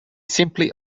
simply